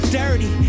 dirty